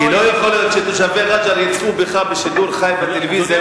כי לא יכול להיות שתושבי רג'ר יצפו בך בשידור חי בטלוויזיה